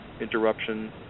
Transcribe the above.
interruption